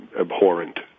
abhorrent